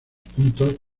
puntos